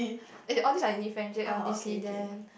okay all these are uni friends J_L D_C then